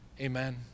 Amen